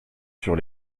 sur